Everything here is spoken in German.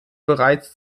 bereits